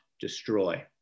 destroy